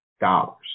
dollars